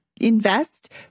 invest